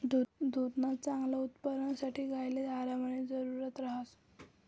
दुधना चांगला उत्पादनसाठे गायले आरामनी जरुरत ह्रास